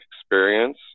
experience